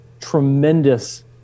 tremendous